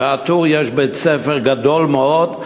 בא-טור יש בית-ספר גדול מאוד,